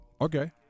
Okay